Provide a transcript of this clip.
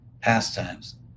pastimes